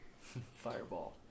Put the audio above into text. Fireball